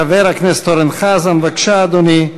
חבר הכנסת אורן חזן, בבקשה, אדוני.